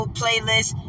playlist